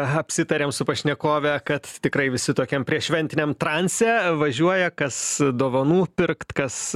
apsitarėm su pašnekove kad tikrai visi tokiam prieššventiniam transe važiuoja kas dovanų pirkt kas